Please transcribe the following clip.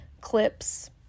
clips